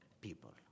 people